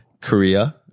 Korea